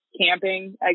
camping